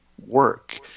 work